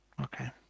okay